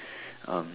um